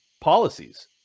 policies